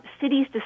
cities